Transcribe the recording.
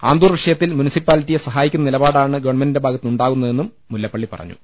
ആന്തൂർ വിഷയത്തിൽ മുൻസിപ്പാലിറ്റിയെ സഹായി ക്കുന്ന നിലപാടാണ് ഗവൺമെന്റിന്റെ ഭാഗത്തുനിന്നു ണ്ടാകുന്നതെന്നും മുല്ലപ്പള്ളി പറഞ്ഞു